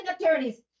attorneys